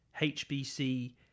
HBC